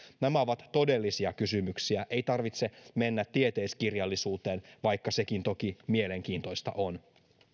nämä ovat todellisia kysymyksiä ei tarvitse mennä tieteiskirjallisuuteen vaikka sekin toki mielenkiintoista on